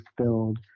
filled